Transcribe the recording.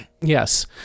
Yes